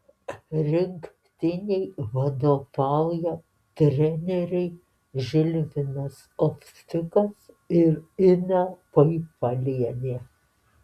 rinktinei vadovauja treneriai žilvinas ovsiukas ir ina paipalienė